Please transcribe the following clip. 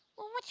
well what's